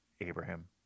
abraham